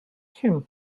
him